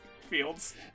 fields